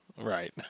Right